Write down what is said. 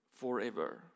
forever